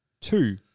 two